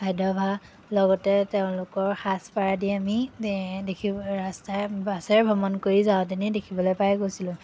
খাদ্যাভ্যাস লগতে তেওঁলোকৰ সাজপাৰ দি আমি এ দেখিব ৰাস্তাই বাছেৰে ভ্ৰমণ কৰি যাওঁতেনেই দেখিবলৈ পাই গৈছিলোঁ